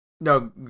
No